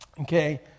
okay